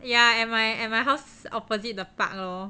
ya at my at my house opposite the park lor